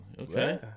Okay